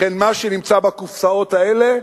לכן מה שנמצא בקופסאות האלה,